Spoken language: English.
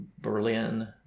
Berlin